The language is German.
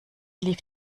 lief